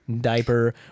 diaper